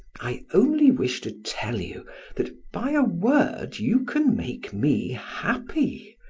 i only wish to tell you that by a word you can make me happy,